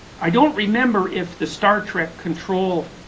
i don't remember if the star trek control